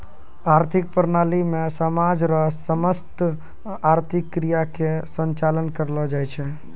आर्थिक प्रणाली मे समाज रो समस्त आर्थिक क्रिया के संचालन करलो जाय छै